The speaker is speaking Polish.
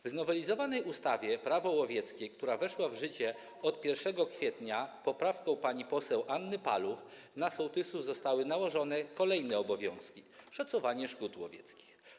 W znowelizowanej ustawie Prawo łowieckie, która weszła w życie od 1 kwietnia poprawką pani poseł Anny Paluch, na sołtysów zostały nałożone kolejne obowiązki - szacowanie szkód łowieckich.